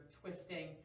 twisting